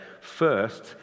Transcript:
First